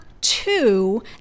two